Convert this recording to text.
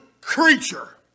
creature